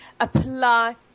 Apply